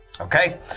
Okay